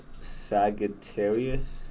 Sagittarius